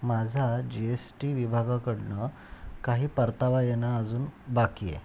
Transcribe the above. माझा G S T विभागाकडून काही परतावा येणं अजून बाकी आहे